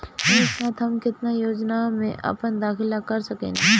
एक साथ हम केतना योजनाओ में अपना दाखिला कर सकेनी?